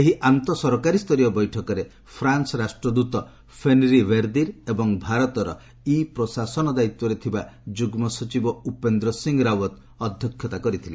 ଏହି ଆନ୍ତଃ ସରକାରୀସ୍ତରୀୟ ବୈଠକରେ ଫ୍ରାନ୍ନ ରାଷ୍ଟ୍ରଦୂତ ଫେନରୀ ଭେର୍ଦିର୍ ଏବଂ ଭାରତର ଇ ପ୍ରଶାସନ ଦାୟିତ୍ୱରେ ଥିବା ଯୁଗ୍ମ ସଚିବ ଉପେନ୍ଦ୍ର ସିଂ ରାଓ୍ୱତ ଅଧ୍ୟକ୍ଷତା କରିଥିଲେ